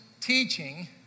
teaching